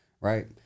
right